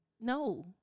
No